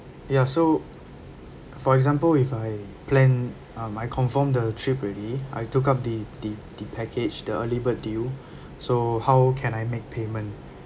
ya so for example if I plan um I confirm the trip already I took up the the the package the early bird deal so how can I make payment